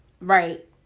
right